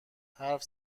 حرف